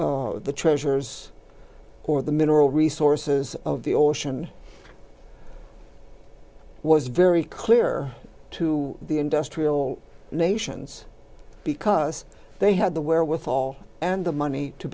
the treasures or the mineral resources of the ocean was very clear to the industrial nations because they had the wherewithal and the money to